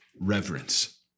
Reverence